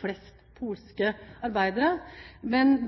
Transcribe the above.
flest polske arbeidere.